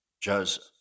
Joseph